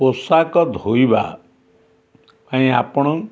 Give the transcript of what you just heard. ପୋଷାକ ଧୋଇବା ପାଇଁ ଆପଣ